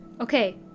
Okay